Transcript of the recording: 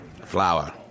Flower